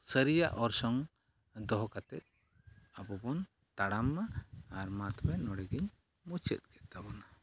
ᱥᱟᱨᱤᱭᱟᱜ ᱚᱨᱥᱚᱝ ᱫᱚᱦᱚ ᱠᱟᱛᱮᱫ ᱟᱵᱚᱵᱚᱱ ᱛᱟᱲᱟᱢᱼᱢᱟ ᱟᱨ ᱢᱟᱛᱚᱵᱮ ᱱᱚᱸᱰᱮᱜᱮᱧ ᱢᱩᱪᱟᱹᱫ ᱠᱮᱫ ᱛᱟᱵᱚᱱᱟ